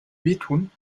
wehtun